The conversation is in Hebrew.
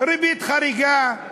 ריבית חריגה,